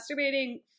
masturbating